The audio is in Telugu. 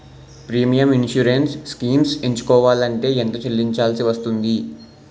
ప్రీమియం ఇన్సురెన్స్ స్కీమ్స్ ఎంచుకోవలంటే ఎంత చల్లించాల్సివస్తుంది??